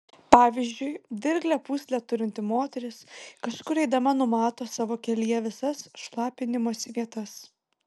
pavyzdžiui dirglią pūslę turinti moteris kažkur eidama numato savo kelyje visas šlapinimosi vietas